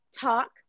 Talk